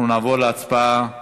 אנחנו נעבור להצבעה